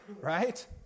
Right